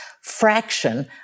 fraction